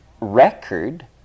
record